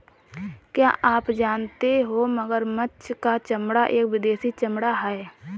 क्या आप जानते हो मगरमच्छ का चमड़ा एक विदेशी चमड़ा है